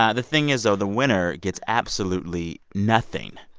ah the thing is, though, the winner gets absolutely nothing.